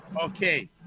okay